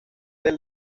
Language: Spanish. del